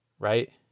right